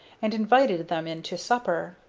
and invited them in to supper.